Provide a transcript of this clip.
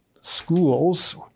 schools